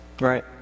Right